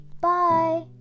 bye